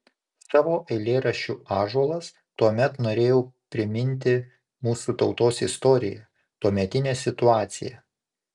savo eilėraščiu ąžuolas tuomet norėjau priminti mūsų tautos istoriją tuometinę situaciją